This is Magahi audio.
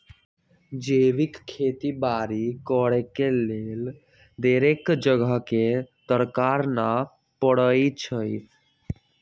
जैविक खेती बाड़ी करेके लेल ढेरेक जगह के दरकार न पड़इ छइ